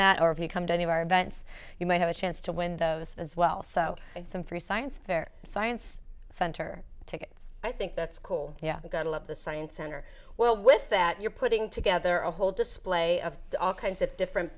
that or if you come to any of our events you might have a chance to win those as well so some free science fair science center tickets i think that's cool yeah gotta love the science center well with that you're putting together a whole display of all kinds of different